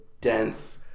dense